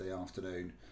afternoon